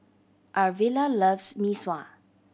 Arvilla loves Mee Sua